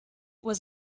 was